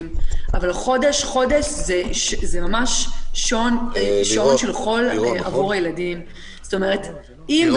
המותרת הקנס הוא 2,500 אבל קבענו שבמקומות מאוד גדולים כמו קניון